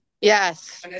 Yes